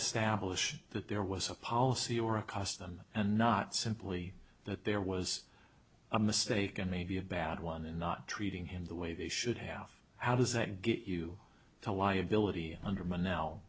establish that there was a policy or a cost them and not simply that there was a mistake and maybe a bad one in not treating him the way they should have how does it get you to liability under menow